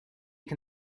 can